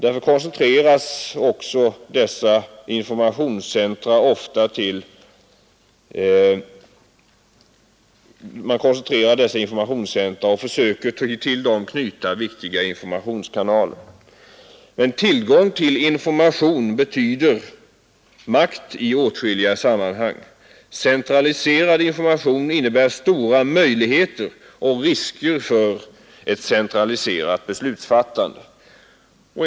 Därför koncentrerar man också till vissa informationscentra och försöker till dem knyta viktiga informationskanaler. Information betyder makt i åtskilliga sammanhang. Centraliserad information innebär stora möjligheter och risker för ett centraliserat beslutsfattande.